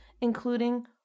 including